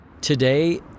Today